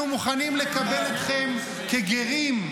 אנחנו מוכנים לקבל אתכם כגרים,